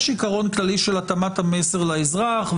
יש עיקרון כללי של התאמת המסר לאזרח,